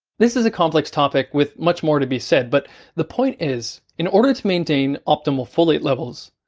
this is a complex topic with much more to be said, but the point is in order to maintain optimal folate levels,